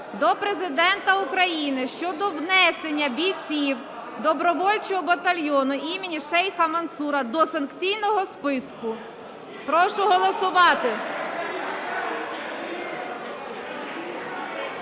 до Президента України щодо внесення бійців добровольчого батальйону імені Шейха Мансура до санкційного списку. Прошу голосувати.